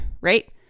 right